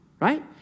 right